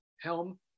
Helm